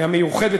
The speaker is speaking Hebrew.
המיוחדת,